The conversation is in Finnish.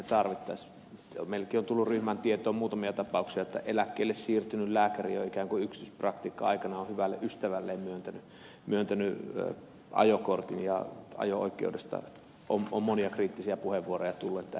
meilläkin on ryhmän tietoon tullut muutamia tapauksia että eläkkeelle siirtynyt lääkäri ikään kuin yksityispraktiikka aikana on hyvälle ystävälleen myöntänyt ajokortin ja ajo oikeudesta on monia kriittisiä puheenvuoroja tullut että henkilö ei ole kykenevä tähän